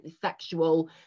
sexual